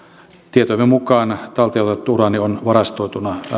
tietojemme mukaan talteen otettu uraani on varastoituna